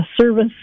service